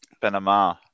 Panama